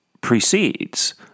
precedes